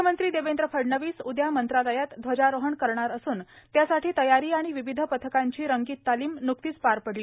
मुख्यमंत्री देवेंद्र फडणवीस उद्या मंत्रालयात ध्वजारोहण करणार असून त्यासाठी तयारी आणि विविध पथकांची रंगीत तालिम नुकतीच पार पडली